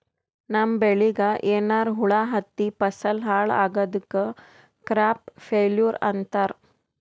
ನಮ್ಮ್ ಬೆಳಿಗ್ ಏನ್ರಾ ಹುಳಾ ಹತ್ತಿ ಫಸಲ್ ಹಾಳ್ ಆಗಾದಕ್ ಕ್ರಾಪ್ ಫೇಲ್ಯೂರ್ ಅಂತಾರ್